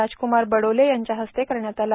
राजकुमार बडोले यांच्या हस्ते करण्यात आला